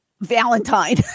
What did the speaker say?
Valentine